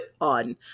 on